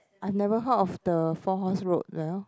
I've never heard of the four horse road well